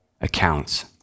accounts